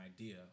idea